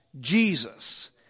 Jesus